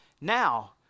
Now